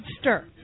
Stir